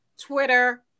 Twitter